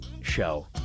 show